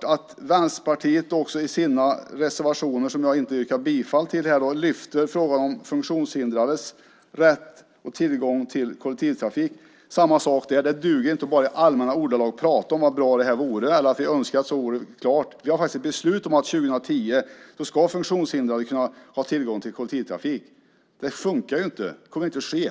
säga att Vänsterpartiet också i sina reservationer, som jag inte yrkar bifall till här, lyfter fram frågan om funktionshindrades rätt och tillgång till kollektivtrafik. Det är samma sak där: Det duger inte att bara i allmänna ordalag prata om vad bra det här vore eller att vi önskar att det vore klart. Vi har faktiskt ett beslut om att funktionshindrade 2010 ska kunna ha tillgång till kollektivtrafik. Det funkar ju inte! Det kommer inte att ske!